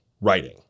writing